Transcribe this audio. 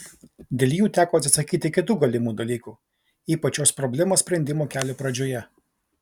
dėl jų teko atsisakyti kitų galimų dalykų ypač šios problemos sprendimo kelio pradžioje